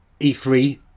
E3